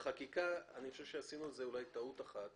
בחקיקה, אני חושב שעשינו אולי טעות אחת